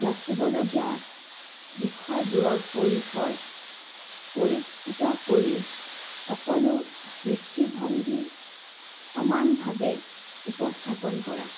যাচিবলগীয়া বিষয়বোৰৰ পৰিসৰ পৰিস্ফুট কৰি সকলো দৃষ্টিভংগী সমানভাৱে উপস্থাপন কৰা